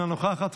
אינה נוכחת,